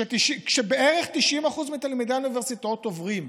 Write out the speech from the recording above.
בערך 90% מתלמידי האוניברסיטאות עוברים,